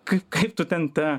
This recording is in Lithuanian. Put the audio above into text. kaip tu ten tą